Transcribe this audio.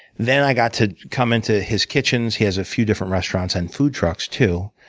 then i got to come into his kitchens. he has a few different restaurants and food trucks, too,